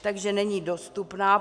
Takže není dostupná.